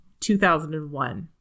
2001